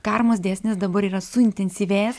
karmos dėsnis dabar yra suintensyvėjęs